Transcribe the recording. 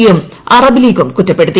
യും അറബ് ലീഗും കുറ്റപ്പെടുത്തി